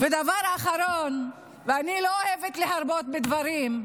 דבר אחרון, ואני לא אוהבת להרבות בדברים,